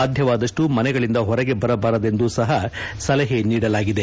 ಸಾಧ್ಯವಾದಪ್ಟು ಮನೆಗಳಿಂದ ಹೊರಗೆ ಬರಬಾರದೆಂದೂ ಸಹ ಸಲಹೆ ನೀಡಲಾಗಿದೆ